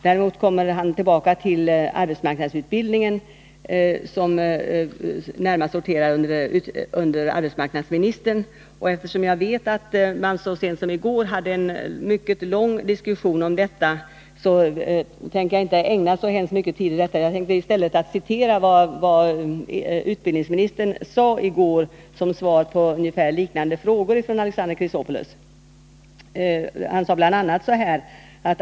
Däremot kommer han tillbaka till arbetsmarknadsutbildningen, som närmast sorterar under arbetsmarknadsministern. Eftersom jag vet att man så sent som i går här i kammaren hade en lång diskussion om detta tänker jag inte ägna så mycket tid åt det. Jag vill i stället citera vad arbetsmarknadsministern sade i går som svar på liknande frågor från Alexander Chrisopoulos.